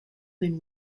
been